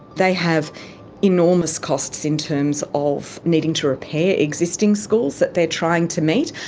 they have enormous costs in terms of needing to repair existing schools that they're trying to meet.